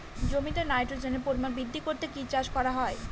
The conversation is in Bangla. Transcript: জমিতে নাইট্রোজেনের পরিমাণ বৃদ্ধি করতে কি চাষ করা হয়?